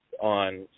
on